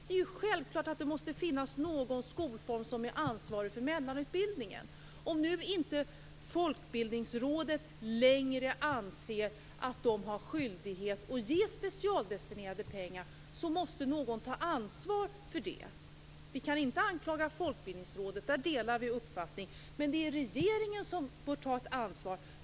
Det är självklart att det måste finnas någon skolform som är ansvarig för mellanutbildningen. Om Folkbildningsrådet inte längre anser sig ha skyldighet att lämna specialdestinerade pengar måste någon ta ansvar för det. Vi kan inte anklaga Folkbildningsrådet - på den punkten har vi samma uppfattning. Det är regeringen som bör ta ett ansvar.